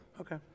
Okay